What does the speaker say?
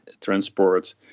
transport